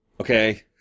Okay